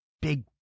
big